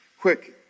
quick